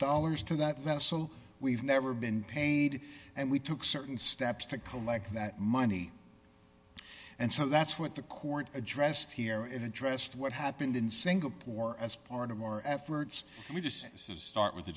dollars to that vessel we've never been paid and we took certain steps to collect that money and so that's what the court addressed here and addressed what happened in single poor as part of our efforts we just start with the